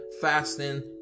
fasting